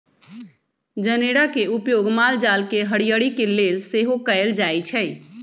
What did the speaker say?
जनेरा के उपयोग माल जाल के हरियरी के लेल सेहो कएल जाइ छइ